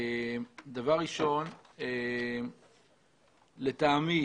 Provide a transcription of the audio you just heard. לטעמי